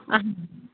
اَہَن حظ